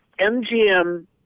MGM